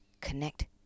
connect